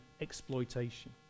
exploitation